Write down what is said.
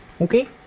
okay